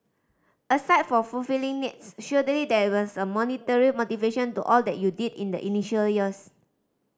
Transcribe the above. aside from fulfilling needs surely there was a monetary motivation to all that you did in the initial years